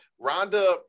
Rhonda